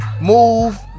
move